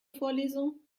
vorlesung